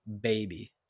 baby